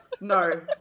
no